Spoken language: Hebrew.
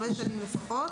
5 שנים לפחות".